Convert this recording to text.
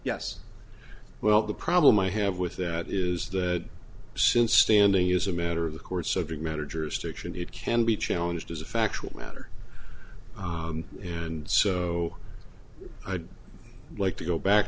yes well the problem i have with that is that since standing is a matter of the course of a matter jurisdiction it can be challenged as a factual matter and so i'd like to go back